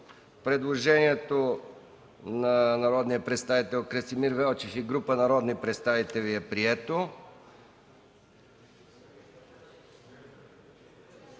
Предложение от народния представител Красимир Велчев и група народни представители –§